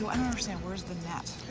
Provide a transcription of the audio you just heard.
understand where is the net,